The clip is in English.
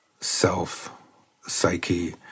self-psyche